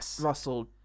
Russell